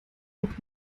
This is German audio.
auch